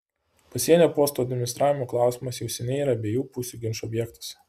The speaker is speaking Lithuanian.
pasienio postų administravimo klausimas jau seniai yra abiejų pusių ginčų objektas